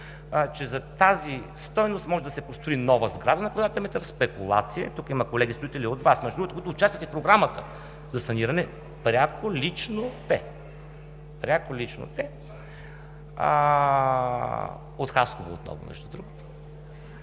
че за тази стойност може да се построи нова сграда на квадратен метър, спекулация! Тук има колеги строители от Вас, между другото, които участват и в Програмата за саниране – пряко, лично, те отново от Хасково, между другото.